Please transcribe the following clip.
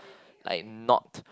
like not